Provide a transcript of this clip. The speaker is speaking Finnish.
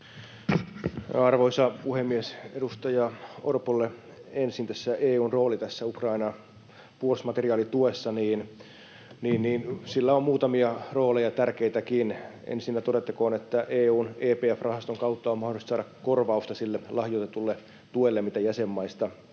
Arvoisa puhemies! Edustaja Orpolle ensin tästä EU:n roolista Ukrainan puolustusmateriaalituessa: Sillä on muutamia rooleja, tärkeitäkin. Ensinnä todettakoon, että EU:n EPF-rahaston kautta on mahdollista saada korvausta sille lahjoitetulle tuelle, mitä jäsenmaista